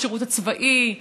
בשירות הצבאי,